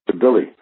Billy